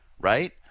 right